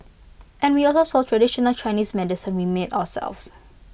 and we also sold traditional Chinese medicine we made ourselves